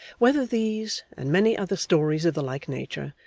whether these, and many other stories of the like nature,